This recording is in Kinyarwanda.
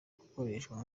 gukoreshwa